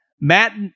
Matt